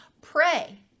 pray